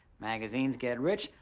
magazines get rich,